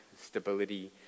stability